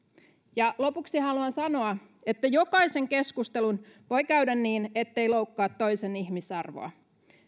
lopuksi haluan sanoa että jokaisen keskustelun voi käydä niin ettei loukkaa toisen ihmisarvoa